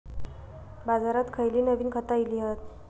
बाजारात खयली नवीन खता इली हत?